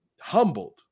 humbled